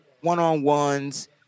one-on-ones